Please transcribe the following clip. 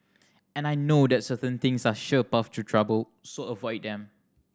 and I know that certain things are sure paths to trouble so avoid them